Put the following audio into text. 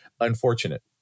unfortunate